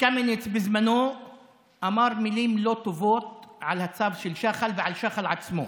שקמיניץ בזמנו אמר מילים לא טובות על הצו של שחל ועל שחל עצמו.